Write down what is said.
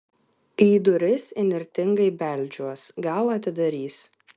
į duris įnirtingai beldžiuos gal atidarys